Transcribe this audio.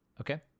Okay